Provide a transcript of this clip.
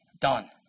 done